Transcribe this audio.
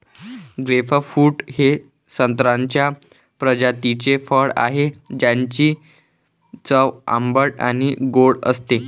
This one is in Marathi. ग्रेपफ्रूट हे संत्र्याच्या प्रजातीचे फळ आहे, ज्याची चव आंबट आणि गोड असते